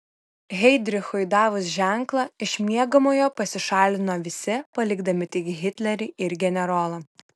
heidrichui davus ženklą iš miegamojo pasišalino visi palikdami tik hitlerį ir generolą